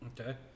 Okay